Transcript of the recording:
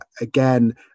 again